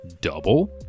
double